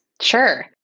Sure